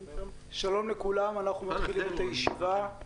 שלום לכולם, אנחנו מתחילים את הישיבה.